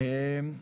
האנשים.